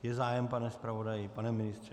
Je zájem, pane zpravodaji, pane ministře?